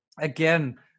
again